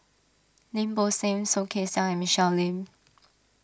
Lim Bo Seng Soh Kay Siang and Michelle Lim